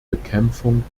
bekämpfung